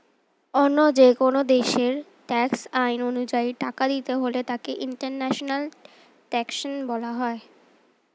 অন্য যেকোন দেশের ট্যাক্স আইন অনুযায়ী টাকা দিতে হলে তাকে ইন্টারন্যাশনাল ট্যাক্সেশন বলে